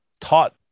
taught